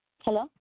Hello